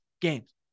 games